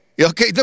Okay